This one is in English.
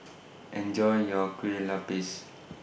Enjoy your Kue Lupis